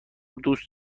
دوست